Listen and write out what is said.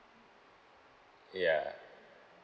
yeah